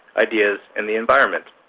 ideas, and the environment.